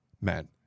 men